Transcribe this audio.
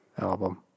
album